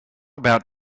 about